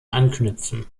anknüpfen